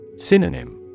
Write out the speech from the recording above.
Synonym